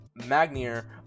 Magnier